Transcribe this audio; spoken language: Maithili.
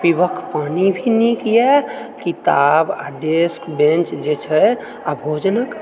पीबयक पानी भी नीक यऽ किताब आ डेस्क बेन्च जे छै आ भोजनक